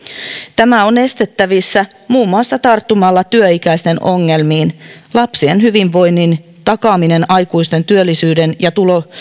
tämä on estettävissä muun muassa tarttumalla työikäisten ongelmiin lapsien hyvinvoinnin takaaminen aikuisten työllisyyden ja